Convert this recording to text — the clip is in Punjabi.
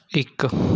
ਇੱਕ